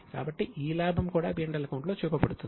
కాబట్టి ఈ లాభం కూడా P L అకౌంట్ లో చూపబడుతుంది